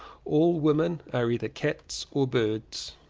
all women are either cats or birds.